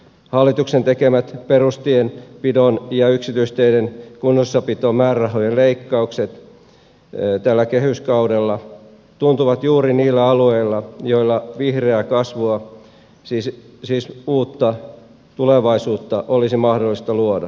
hallituksen tekemät perustienpidon ja yksityisteiden kunnossapidon määrärahojen leikkaukset tällä kehyskaudella tuntuvat juuri niillä alueilla joilla vihreää kasvua siis uutta tulevaisuutta olisi mahdollista luoda